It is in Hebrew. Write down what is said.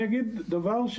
אני אגיד עוד דבר,